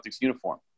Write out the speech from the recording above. uniform